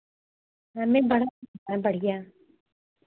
हाँ नहीं बड़ा बढ़ियाँ